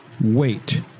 wait